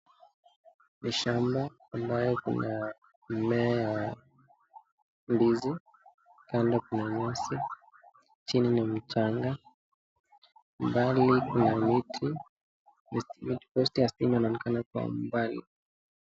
Ni shamba ambayo kuna mimea ya ndizi. Kando kuna nyasi, chini ni mchanga, mbali kuna miti. Posti ya stima inaonekana kwa mbali.